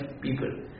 people